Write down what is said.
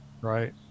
right